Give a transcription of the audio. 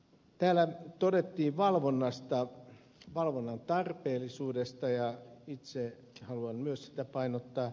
täällä todettiin valvonnasta valvonnan tarpeellisuudesta ja itse haluan myös sitä painottaa